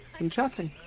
and chatting.